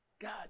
God